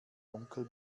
onkel